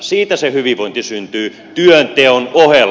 siitä se hyvinvointi syntyy työnteon ohella